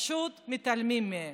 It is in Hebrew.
פשוט מתעלמים מהם.